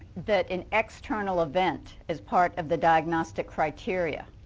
that and external event is part of the diagnostic criteria.